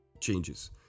changes